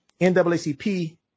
NAACP